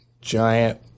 giant